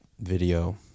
video